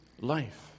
life